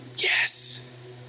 Yes